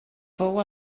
fou